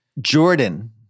Jordan